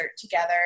together